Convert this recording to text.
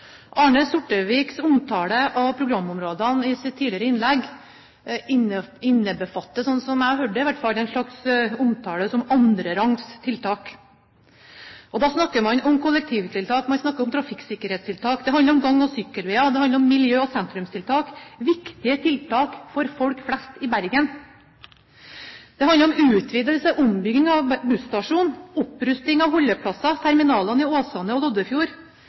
Arne Sortevik omtaler programområdene i et tidligere innlegg som et slags annenrangs tiltak, slik jeg hørte det i hvert fall. Og da snakker man om kollektivtiltak, man snakker om trafikksikkerhetstiltak, det handler om gang- og sykkelveier, det handler om miljø- og sentrumstiltak – viktige tiltak for folk flest i Bergen. Det handler om utvidelse og ombygging av busstasjonen, opprusting av holdeplasser, terminalene i Åsane og